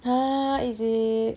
!huh! is it